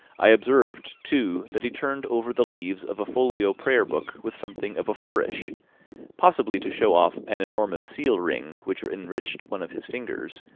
i observed, too, that he turned over the leaves of a folio prayer-book with something of a flourish possibly to show off an enormous seal-ring which enriched one of his fingers,